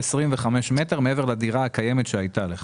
עד 25 מטרים מעבר לדירה הקיימת שהייתה לך.